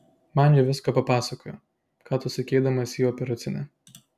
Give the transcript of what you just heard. man ji viską papasakojo ką tu sakei eidamas į operacinę